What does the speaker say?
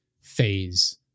phase